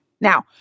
Now